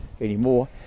anymore